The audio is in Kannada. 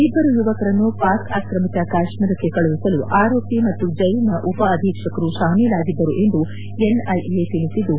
ಇಬ್ಬರು ಯುವಕರನ್ನು ಪಾಕ್ ಆಕ್ರಮಿತ ಕಾಶ್ಮೀರಕ್ಕೆ ಕಳುಹಿಸಲು ಆರೋಪಿ ಮತ್ತು ಜೈರಿನ ಉಪ ಅಧೀಕ್ಷಕರು ಶಾಮೀಲಾಗಿದ್ದರು ಎಂದು ಎನ್ಐಎ ತಿಳಿಸಿದ್ದು